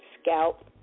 scalp